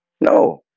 No